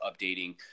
updating